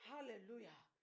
Hallelujah